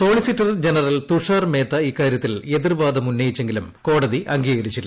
solicitor general Tushar Mehta ഇക്കാര്യത്തിൽ എതിർവാദം ഉന്നയിച്ചെങ്കിലും കോടതി അംഗീകരിച്ചില്ല